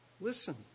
Listen